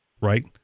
right